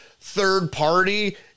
third-party